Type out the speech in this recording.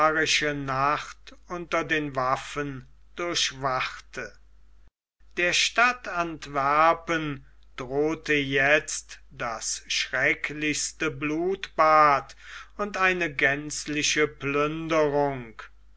nacht unter den waffen durchwachte der stadt antwerpen drohte jetzt das schrecklichste blutbad und eine gänzliche plünderung